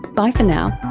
bye for now